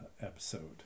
episode